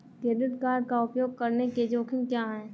Credit card का उपयोग करने के जोखिम क्या हैं?